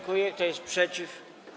Kto jest przeciw?